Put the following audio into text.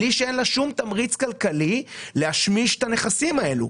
ואין שום תמריץ כלכלי בשבילה כדי להשמיש את הנכסים האלה.